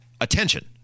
attention